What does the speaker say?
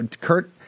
Kurt